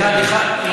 אחד-אחד?